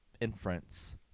inference